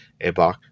Ebok